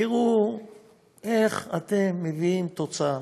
ותראו איך אתם מביאים תוצאה.